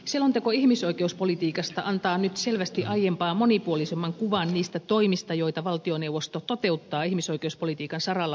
selonteko ihmisoikeuspolitiikasta antaa nyt selvästi aiempaa monipuolisemman kuvan niistä toimista joita valtioneuvosto toteuttaa ihmisoikeuspolitiikan saralla meillä ja maailmalla